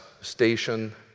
station